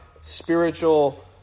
spiritual